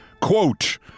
Quote